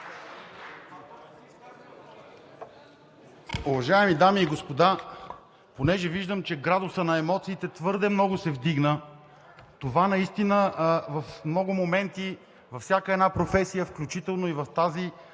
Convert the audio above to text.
Уважаеми дами и господа! Понеже виждам, че градусът на емоциите твърде много се вдигна, това наистина в много моменти във всяка една професия, включително и в тази